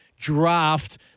draft